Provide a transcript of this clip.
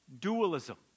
dualism